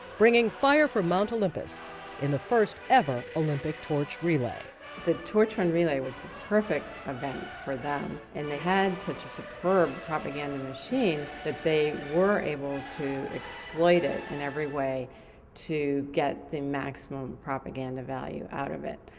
bringing fire from mount olympus in the first ever olympic torch relay. bachrach the torch run relay was a perfect event for them and they had such a superb propaganda machine that they were able to exploit it in every way to get the maximum propaganda value out of it.